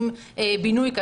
עם בינוי,